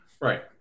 Right